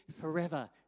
forever